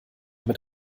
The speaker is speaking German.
mit